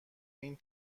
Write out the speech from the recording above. این